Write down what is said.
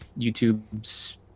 YouTube's